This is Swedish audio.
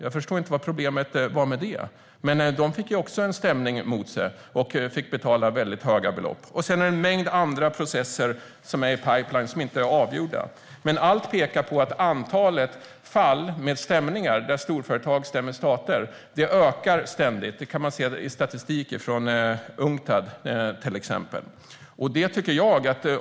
Jag förstår inte vad problemet var med det, men de fick också en stämning emot sig och fick betala väldigt höga belopp. Sedan är det en mängd andra processer som är i pipeline men som inte är avgjorda. Allt pekar dock på att antalet fall där storföretag stämmer stater ständigt ökar. Det kan man se i statistik från Unctad till exempel.